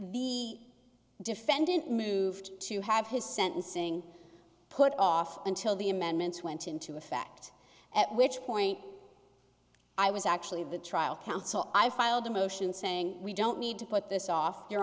the defendant moved to have his sentencing put off until the amendments went into effect at which point i was actually the trial counsel i filed a motion saying we don't need to put this off your